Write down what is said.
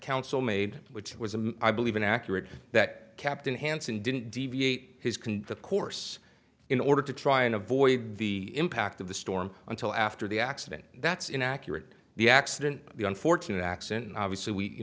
council made which was a i believe an accurate that captain hansen didn't deviate his can the course in order to try and avoid the impact of the storm until after the accident that's inaccurate the accident the unfortunate accident and obviously we you